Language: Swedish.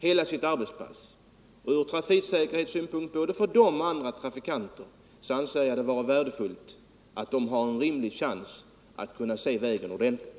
Jag anser att det från trafiksäkerhetssynpunkt är värdefullt att både de förarna och andra tra = Trafiksäkerheten fikanter får en rimlig chans att se vägbanan ordentligt.